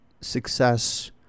success